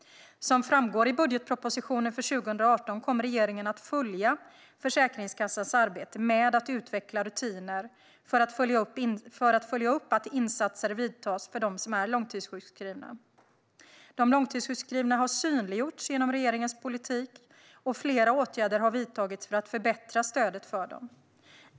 Som framgår i budgetpropositionen för 2018 kommer regeringen att följa Försäkringskassans arbete med att utveckla rutiner för att följa upp att insatser vidtas för dem som är långtidssjukskrivna. De långtidssjukskrivna har synliggjorts genom regeringens politik, och flera åtgärder har vidtagits för att förbättra stödet för dem.